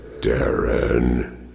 Darren